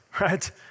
right